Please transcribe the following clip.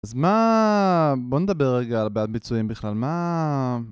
אז מה... בוא נדבר רגע על בעד ביצועים בכלל, מה...